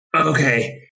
Okay